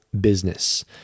business